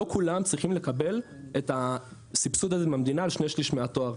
לא כולם צריכים לקבל את הסבסוד הזה מהמדינה על שני שליש מהתואר.